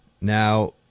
Now